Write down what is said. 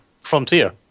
Frontier